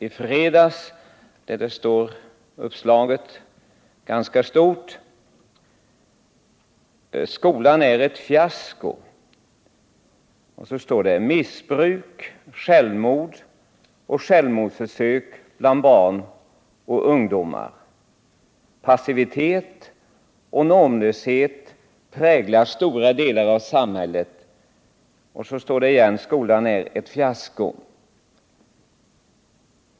Under den stort uppslagna rubriken ”Skolan är ett fiasko!” står det: ”Missbruk, självmord och självmordsförsök bland barn och ungdom ökar. Fascistiska tendenser breder ut sig, passivitet och normlöshet präglar stora delar av samhället. Skolan är ett fiasko.